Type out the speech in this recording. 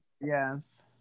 yes